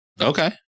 Okay